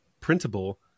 printable